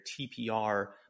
TPR